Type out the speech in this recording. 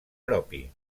propi